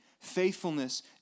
faithfulness